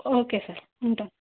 okay sir ఉంటా